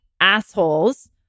assholes